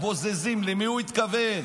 "בוזזים" למי הוא התכוון?